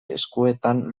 eskuetan